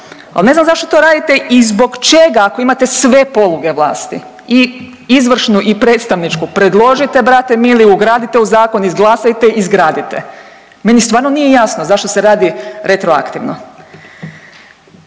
Ali ne znam zašto to radite i zbog čega ako imate sve poluge vlasti, i izvršnu i predstavničku. Predložite brate mili, ugradite u zakon, izglasajte, izgradite. Meni stvarno nije jasno zašto se radi retroaktivno.